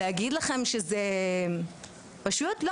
זה לא פשוט,